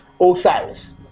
Osiris